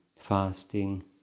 fasting